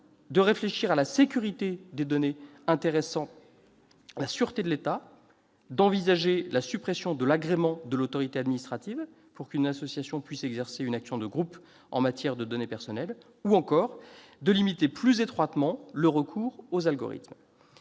de réfléchir à la sécurité des données intéressant la sûreté de l'État, d'envisager la suppression de l'agrément de l'autorité administrative auquel est aujourd'hui soumise toute action de groupe en matière de données personnelles, ou encore de limiter plus étroitement le recours aux algorithmes.